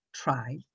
try